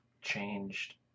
changed